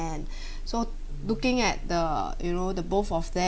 and so looking at the you know the both of them